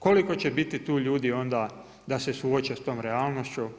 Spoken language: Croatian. Koliko će biti tu ljudi onda da se suoče s tom realnošću?